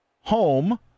home